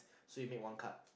so he made one cut